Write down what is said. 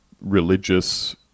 religious